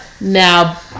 now